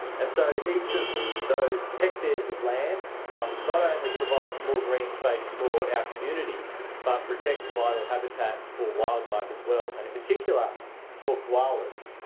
and so each of those hectares of land um not only provides more green space for our community but protects vital habitat for wildlife as well and in particular for koalas.